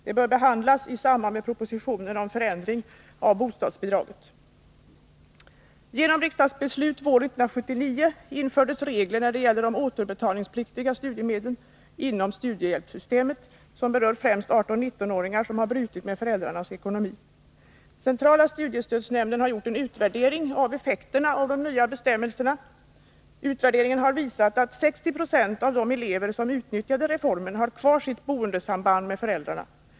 De bör behandlas i samband med propositionen om förändring av bostadsbidraget. Genom riksdagsbeslut våren 1979 infördes regler när det gäller de återbetalningspliktiga studiemedlen inom studiehjälpssystemet som berör främst 18-19-åringar som har brutit med föräldrarnas ekonomi. Centrala studiestödsnämnden har gjort en utvärdering av effekterna av de nya bestämmelserna. Utvärderingen har visat att 60 20 av de elever som utnyttjade reformen har kvar sitt boendesamband med föräldrarna.